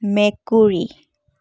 মেকুৰী